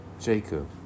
Jacob